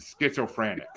Schizophrenic